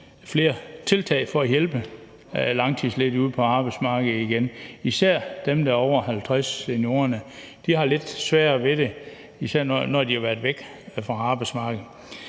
flere tiltag for at hjælpe langtidsledige ud på arbejdsmarkedet igen, især dem, der er over 50 år, seniorerne. De har lidt sværere ved det, især når de har været væk fra arbejdsmarkedet.